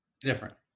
different